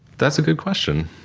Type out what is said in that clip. that's a good question.